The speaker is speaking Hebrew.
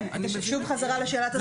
כן, שוב חזרה לשאלת הזמנים.